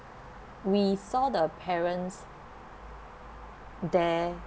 we saw the parents there